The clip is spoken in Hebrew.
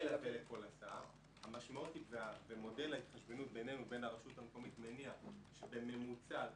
לכל הסעה ומודל ההתחשבנות בינינו ובין הרשות המקומית מניח שבממוצע על